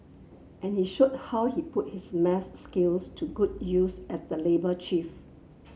and he showed how he put his maths skills to good use as the labour chief